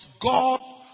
God